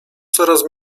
coraz